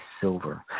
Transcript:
silver